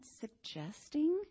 suggesting